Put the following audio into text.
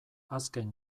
azken